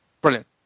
Brilliant